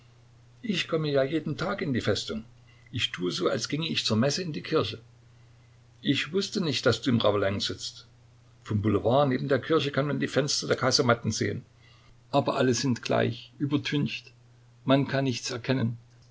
ich komme ja jeden tag in die festung ich tue so als ginge ich zur messe in die kirche ich wußte nicht daß du im ravelin sitzt vom boulevard neben der kirche kann man die fenster der kasematten sehen aber alle sind gleich übertüncht man kann nichts erkennen